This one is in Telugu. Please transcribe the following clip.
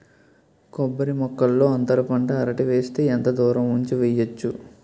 కొబ్బరి మొక్కల్లో అంతర పంట అరటి వేస్తే ఎంత దూరం ఉంచి వెయ్యొచ్చు?